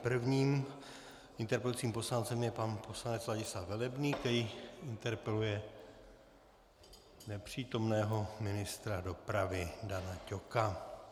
Prvním interpelujícím poslancem je pan poslanec Ladislav Velebný, který interpeluje nepřítomného ministra dopravy Dana Ťoka.